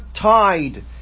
tied